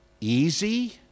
easy